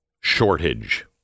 shortage